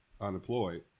unemployed